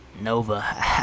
Nova